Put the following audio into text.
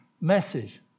message